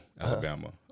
Alabama